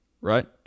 Right